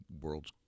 world's